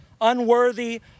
unworthy